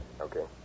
Okay